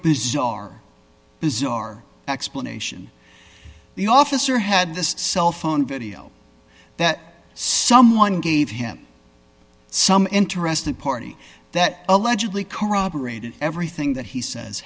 bizarre bizarre explanation the officer had this cell phone video that someone gave him some interested party that allegedly corroborated everything that he says